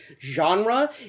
genre